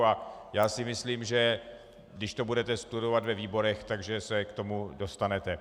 A já si myslím, že když to budete studovat ve výborech, že se k tomu dostanete.